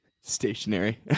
Stationary